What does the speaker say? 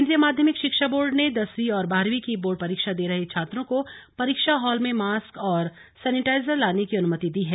केन्द्रीय माध्यमिक शिक्षा बोर्ड ने दसवीं और बारहवीं की बोर्ड परीक्षा दे रहे छात्रों को परीक्षा हॉल में मास्क और सेनिटाइजर लाने की अनुमति दी है